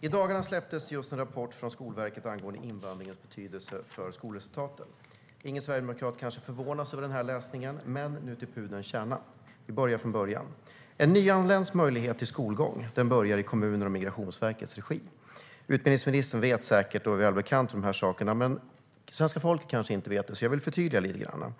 I dagarna släpptes en rapport från Skolverket angående invandringens betydelse för skolresultatet. Ingen sverigedemokrat kanske förvånas över läsningen, men nu till pudelns kärna. Vi börjar från början. En nyanländs möjlighet till skolgång börjar i kommunens och Migrationsverkets regi. Utbildningsministern känner säkert till dessa saker i överkant, men svenska folket vet kanske inte, så jag vill förtydliga lite grann.